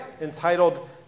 entitled